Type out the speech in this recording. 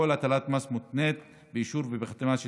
כל הטלת מס מותנית באישור ובחתימה של